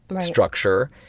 structure